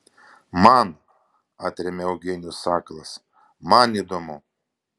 man atremia eugenijus sakalas man įdomu